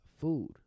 food